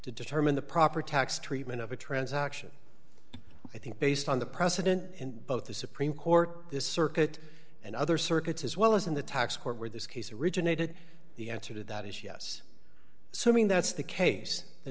to determine the proper tax treatment of a transaction i think based on the precedent in both the supreme court this circuit and other circuits as well as in the tax court where this case originated the answer to that is yes so i mean that's the case the